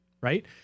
Right